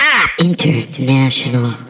International